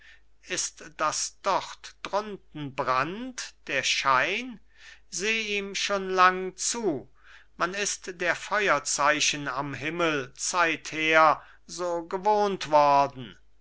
ist das dort drunten brand der schein seh ihm schon lang zu man ist die feuerzeichen am himmel zeither so gewohnt worden